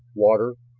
water,